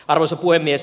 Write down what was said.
arvoisa puhemies